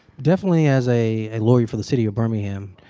definitely as a a lawyer for the city of birmingham.